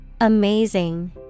Amazing